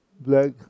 Black